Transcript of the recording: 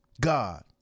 God